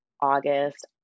August